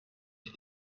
ich